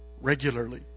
regularly